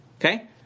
Okay